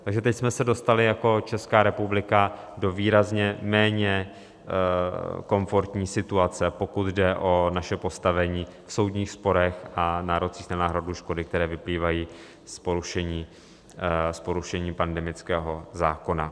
Takže teď jsme se dostali jako Česká republika do výrazně méně komfortní situace, pokud jde o naše postavení v soudních sporech a nárocích na náhradu škody, které vyplývají z porušení pandemického zákona.